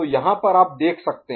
तो यहाँ पर आप देख सकते हैं